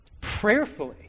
prayerfully